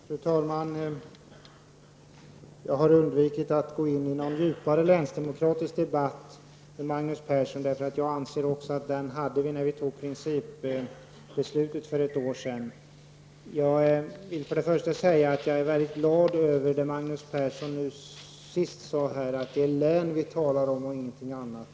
Fru talman! Jag har undvikit att gå in i någon djupare länsdemokratidebatt med Magnus Persson. Jag anser också att vi hade den när vi tog principbeslutet för ett år sedan. Jag vill för det första säga att jag är mycket glad över det Magnus Persson sade senast, att det är län vi talar om och ingenting annat.